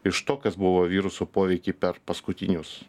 iš to kas buvo virusų poveikį per paskutinius